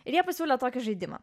ir jie pasiūlė tokį žaidimą